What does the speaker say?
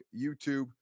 YouTube